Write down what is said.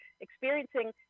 experiencing